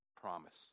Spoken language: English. promise